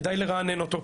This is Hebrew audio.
כדאי לרענן אותו.